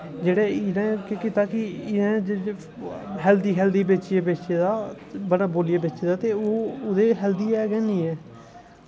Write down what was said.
जेह्ड़ा इ'नें केह् कीता कि इ'नें हैल्दी हैल्दी बेचे दा बड़ा बोलियै बेचे दा ते ओह् ओह्दे च हैल्दी है गै निं ऐ